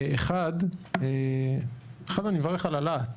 אחד, אני מברך על הלהט.